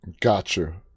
Gotcha